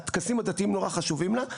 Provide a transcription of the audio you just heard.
הטקסים הדתיים נורא חשובים לה.